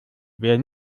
wer